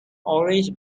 orange